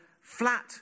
flat